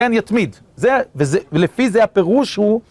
וכן יתמיד, ולפי זה הפירוש הוא...